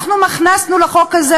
אנחנו הכנסנו לחוק הזה,